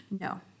No